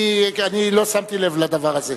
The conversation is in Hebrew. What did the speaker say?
אני לא שמתי לב לדבר הזה.